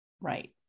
Right